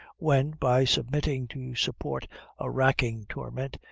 when, by submitting to support a racking torment,